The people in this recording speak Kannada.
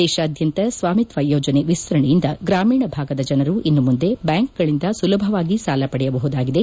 ದೇಶಾದ್ಯಂತ ಸ್ವಾಮಿತ್ವ ಯೋಜನೆ ಎಸ್ತರಣೆಯಿಂದ ಗ್ರಾಮೀಣ ಭಾಗದ ಜನರು ಇನ್ನು ಮುಂದೆ ಬ್ಯಾಂಕುಗಳಂದ ಸುಲಭವಾಗಿ ಸಾಲ ಪಡೆಯಬಹುದಾಗಿದೆ